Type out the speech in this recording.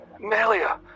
Melia